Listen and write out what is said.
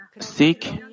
Seek